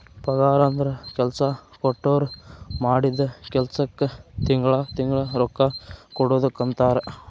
ಪಗಾರಂದ್ರ ಕೆಲ್ಸಾ ಕೊಟ್ಟೋರ್ ಮಾಡಿದ್ ಕೆಲ್ಸಕ್ಕ ತಿಂಗಳಾ ತಿಂಗಳಾ ರೊಕ್ಕಾ ಕೊಡುದಕ್ಕಂತಾರ